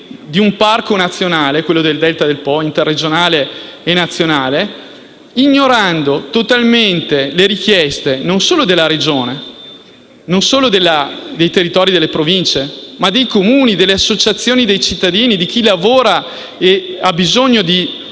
di un parco, quello del Delta del Po, interregionale e nazionale, ignorando totalmente le richieste, non solo della Regione, dei territori e delle Province, ma anche dei Comuni, delle associazioni dei cittadini e di chi lavora e ha bisogno di